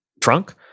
trunk